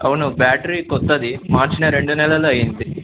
అవును బ్యాటరీ కొత్తది మార్చి రెండు నెలలు అయింది